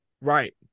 Right